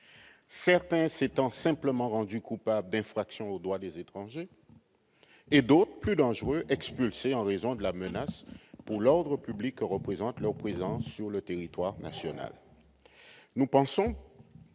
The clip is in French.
certains s'étant simplement rendus coupables d'infractions au droit des étrangers et d'autres, plus dangereux, attendant d'être expulsés en raison de la menace pour l'ordre public que représente leur présence sur le territoire national. Afin